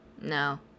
No